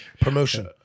promotion